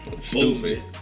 stupid